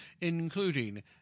including